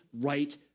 right